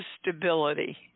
stability